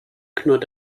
knurrt